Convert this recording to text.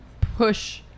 push